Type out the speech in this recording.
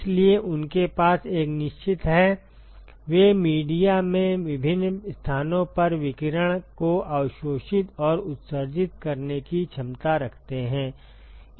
इसलिए उनके पास एक निश्चित है वे मीडिया में विभिन्न स्थानों पर विकिरण को अवशोषित और उत्सर्जित करने की क्षमता रखते हैं